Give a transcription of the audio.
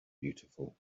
beautiful